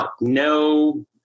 no